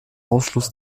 ausschluss